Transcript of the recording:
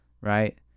right